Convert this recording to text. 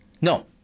No